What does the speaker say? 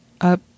up